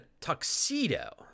tuxedo